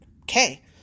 Okay